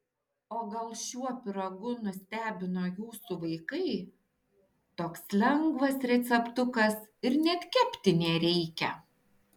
o gal šiuo pyragu nustebino jūsų vaikai toks lengvas receptukas ir net kepti nereikia